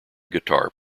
guitar